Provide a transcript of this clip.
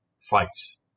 fights